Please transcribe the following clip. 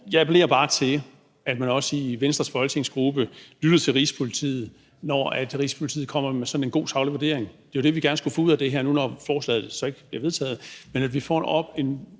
jeg appellerer bare til, at man også i Venstres folketingsgruppe lytter til Rigspolitiet, når Rigspolitiet kommer med sådan en god saglig vurdering. Det er jo det, vi gerne skulle få ud af det her, når nu forslaget så ikke bliver vedtaget, altså at vi får en